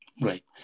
Right